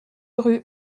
rue